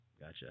Gotcha